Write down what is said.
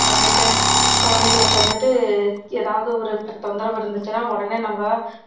அப்புறமேட்டு குழந்தைங்களுக்கு வந்துட்டு ஏதாவது ஒரு பிற தொந்தரவு இருந்துச்சுன்னால் உடனே நம்ம